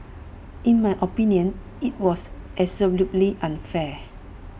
in my opinion IT was absolutely unfair